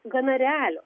gana realios